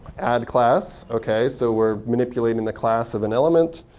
add class ok, so we're manipulating the class of an element.